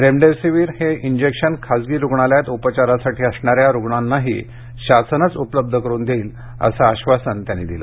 remdesivir हे injection खासगी रुग्णालयात उपचारासाठी असणाऱ्या रुग्णांनाही शासनच उपलब्ध करून देईल असं आश्वासनही टोपे यांनी दिलं